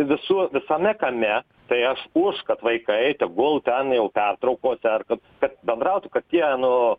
visur visame kame tai aš už kad vaikai tegul ten jau pertraukose kad bendrautų kad tie nu